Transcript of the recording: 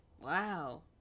Wow